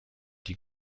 die